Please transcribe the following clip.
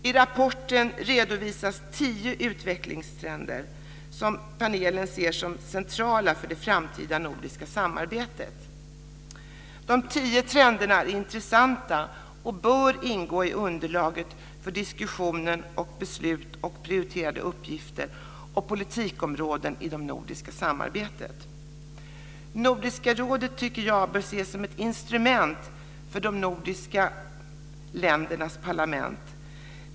Där redovisas tio utvecklingstrender som panelen ser som centrala för det framtida nordiska samarbetet. De tio trenderna är intressanta, och bör ingå i underlaget för diskussioner och beslut om prioriterade uppgifter och politikområden i det nordiska samarbetet. Jag tycker att Nordiska rådet bör ses som ett instrument för de nordiska ländernas parlament.